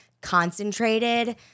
concentrated